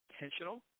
intentional